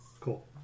Cool